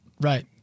Right